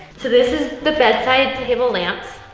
so, this is the bedside table lamps,